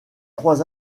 trois